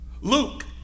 Luke